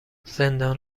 زندان